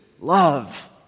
love